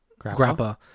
grappa